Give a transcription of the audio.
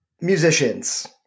musicians